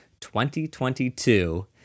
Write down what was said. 2022